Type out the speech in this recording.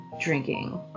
drinking